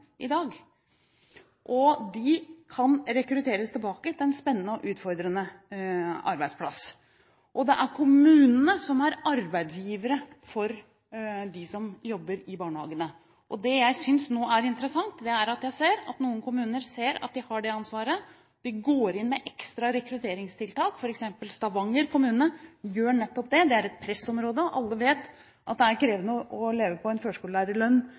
i dag. Men de kan rekrutteres tilbake til en spennende og utfordrende arbeidsplass. Det er kommunene som er arbeidsgiver for dem som jobber i barnehagene. Det jeg nå synes er interessant, er å se at noen kommuner ser at de har det ansvaret, og går inn med ekstra rekrutteringstiltak. Stavanger kommune – som er et pressområde – gjør f.eks. nettopp det. Alle vet at det er krevende å leve på en